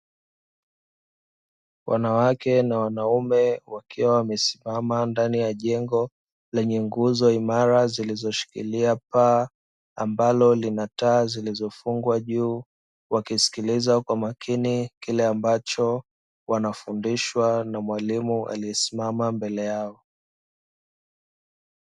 Wanawake na wanaume wakiwa wamesimama ndani ya jengo lenye nguzo imara zilizoshikilia paa, ambalo lina taa zilizofungwa juu. Wakisikiliza kwa makini kile ambacho wanafundishwa na mwalimu aliyesimama mbele yao.